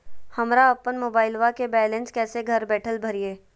हमरा अपन मोबाइलबा के बैलेंस कैसे घर बैठल भरिए?